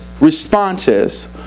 responses